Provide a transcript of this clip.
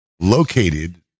located